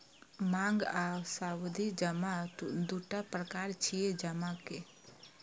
मांग आ सावधि जमा दूटा प्रकार छियै जमा के